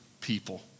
people